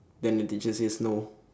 then the teachers says no